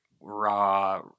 raw